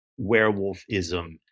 werewolfism